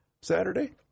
Saturday